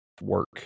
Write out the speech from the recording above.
work